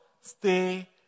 Stay